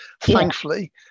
thankfully